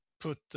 put